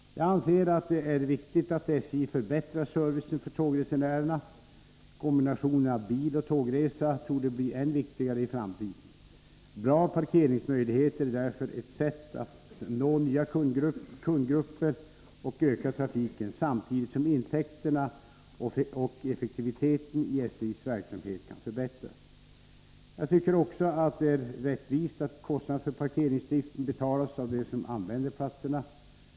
Jag anser att det är viktigt att SJ förbättrar servicen för tågresenärerna. Kombinationen av biloch tågresa torde bli än viktigare i framtiden. Bra parkeringsmöjligheter är därför ett sätt att nå nya kundgrupper och öka trafiken samtidigt som intäkterna och effektiviteten i SJ:s verksamhet kan förbättras. Jag tycker också att det är rättvist att kostnaden för parkeringsdriften betalas av dem som använder platserna.